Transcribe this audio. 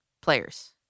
players